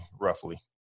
roughly